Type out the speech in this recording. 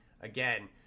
again